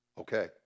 okay